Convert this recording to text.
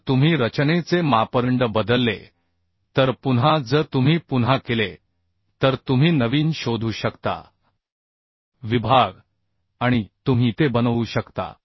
जर तुम्ही रचनेचे मापदंड बदलले तर पुन्हा जर तुम्ही पुन्हा केले तर तुम्ही नवीन शोधू शकता विभाग आणि तुम्ही ते बनवू शकता